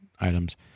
items